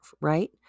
right